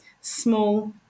small